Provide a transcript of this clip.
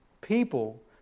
people